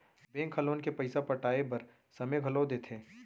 bank ह loan के पइसा ल पटाए बर समे घलो देथे